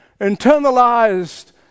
internalized